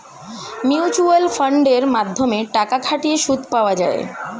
mutual ফান্ডের মাধ্যমে টাকা খাটিয়ে সুদ পাওয়া যায়